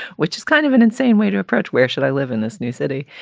which is kind of an insane way to approach where should i live in this new city?